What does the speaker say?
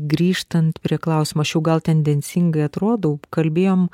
grįžtant prie klausimo aš jau gal tendencingai atrodau kalbėjom